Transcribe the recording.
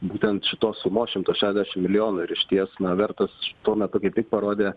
būtent šitos sumos šimto šedešim milijonų ir išties na vertas tuo metu kaip tik parodė